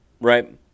right